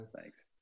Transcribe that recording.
Thanks